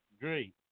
Great